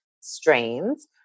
strains